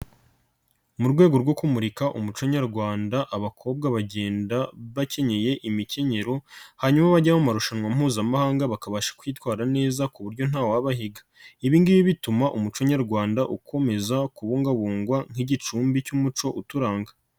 Mu rwego rwo kumurika umuco nyarwanda abakobwa bagenda bakenyeye imikenyero, hanyuma bajya mu marushanwa mpuzamahanga bakabasha kwitwara neza ku buryo nta wababahiga, ibi ngibi bituma umuco nyarwanda ukomeza kubungabungwa nk'igicumbi cy'umuco uturanga.